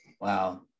Wow